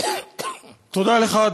תודה לך,